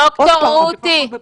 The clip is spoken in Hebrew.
ד"ר רותי,